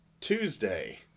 tuesday